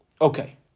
Okay